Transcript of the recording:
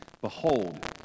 Behold